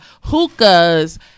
hookahs